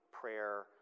prayer